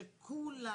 שכולנו,